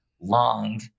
long